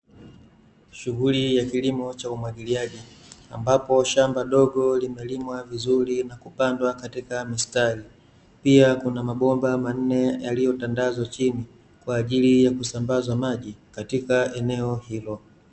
Shughuli ya kilimo cha umwagiliaji ambapo shamba dogo limelimwa vizuri na kupandwa katika mistari, pia kuna mabomba manne yaliyotandazwa chini kwa ajili ya kusambaza maji katika eneo hilo.